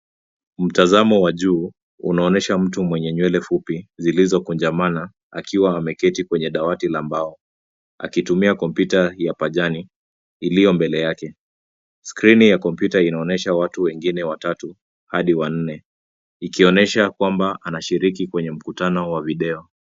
Mtazamo was juu unaonyesha mtu mwenye nywele fupi zilizokunjamana akiwa ameketi kwenye dawati la mbao akitumia kompyuta ya pajani iliyo mbele yake. Skrini ya kompyuta inaonyesha watu wengine watatu hadi wanne, ikionyesha kwamba anashiriki kwenye mkutano wa video.